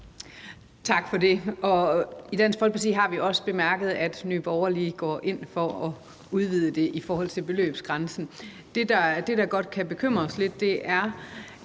Tak for det. I Dansk Folkeparti har vi også bemærket, at Nye Borgerlige går ind for at udvide det i forhold til beløbsgrænsen. Det, der godt kan bekymre os lidt, er,